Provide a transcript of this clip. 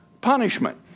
punishment